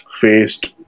faced